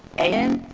and?